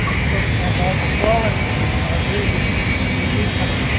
so and now the florence region in italy,